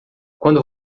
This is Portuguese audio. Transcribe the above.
quando